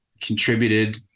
contributed